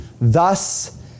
thus